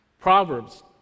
Proverbs